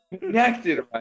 connected